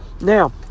Now